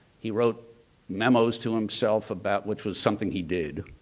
he wrote memos to himself about, which was something he did,